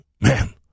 Man